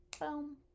Boom